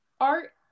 art